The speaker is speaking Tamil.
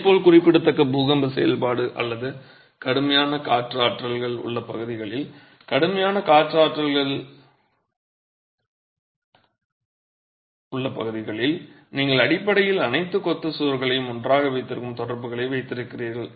இதேபோல் குறிப்பிடத்தக்க பூகம்ப செயல்பாடு அல்லது கடுமையான காற்று ஆற்றல்கள் உள்ள பகுதிகளில் கடுமையான காற்று ஆற்றல்கள் இருக்கும் பகுதிகளில் நீங்கள் அடிப்படையில் அனைத்து கொத்து சுவர்களையும் ஒன்றாக வைத்திருக்கும் தொடர்புகளை வைத்திருக்கிறீர்கள்